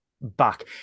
back